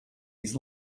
his